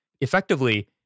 effectively